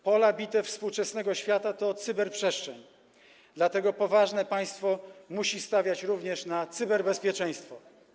Pola bitew współczesnego świata to cyberprzestrzeń, dlatego poważne państwo musi stawiać również na cyberbezpieczeństwo.